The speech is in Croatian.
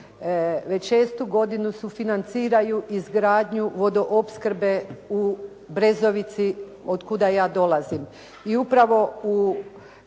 Hrvatske vode sufinanciraju izgradnju vodoopskrbe u Brezovici od kuda ja dolazim